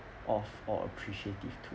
of or appreciative